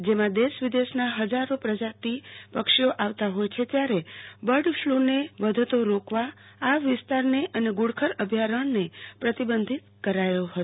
જેમાં દેશ વિદેશના હજારો પ્રજાતી પક્ષીઓ આવતા હોય છે ત્યારે બર્ડફલુને વધતો રોકવા આ વિસ્તારને ધુ ડખર અભ્યારણને પ્રતિબંધિત કરાયો હતો